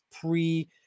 pre